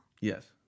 yes